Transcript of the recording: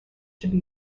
should